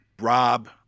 Rob